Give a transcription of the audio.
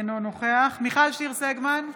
אינו נוכח מיכל שיר סגמן,